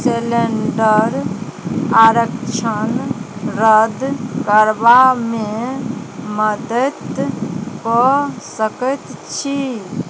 cylinder आरक्षण रद्द करबामे मदैद कऽ सकैत छी